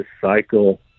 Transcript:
cycle